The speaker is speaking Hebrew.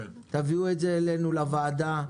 תביאו את זה אלינו לוועדה,